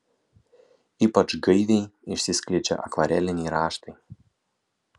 ypač gaiviai išsiskleidžia akvareliniai raštai